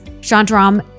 Shantaram